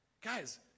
Guys